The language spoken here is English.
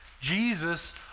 Jesus